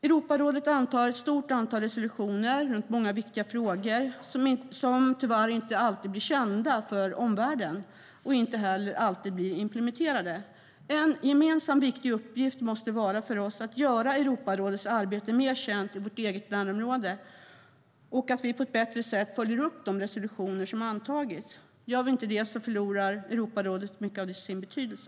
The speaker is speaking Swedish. Europarådet antar ett stort antal resolutioner om viktiga frågor som tyvärr inte alltid blir kända av omvärlden och inte heller alltid blir implementerade. En gemensam viktig uppgift för oss måste vara att göra Europarådets arbete mer känt i vårt eget närområde och att vi på ett bättre sätt följer upp de resolutioner som antagits. Gör vi inte det förlorar Europarådet mycket av sin betydelse.